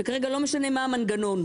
וכרגע לא משנה מה המנגנון,